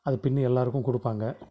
அதைப் பின்னி எல்லோருக்கும் கொடுப்பாங்க